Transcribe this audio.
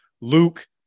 Luke